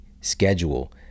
schedule